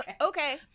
Okay